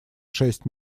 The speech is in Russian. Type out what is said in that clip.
шесть